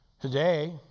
today